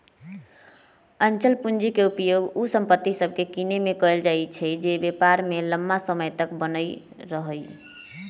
अचल पूंजी के उपयोग उ संपत्ति सभके किनेमें कएल जाइ छइ जे व्यापार में लम्मा समय तक बनल रहइ